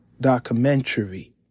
documentary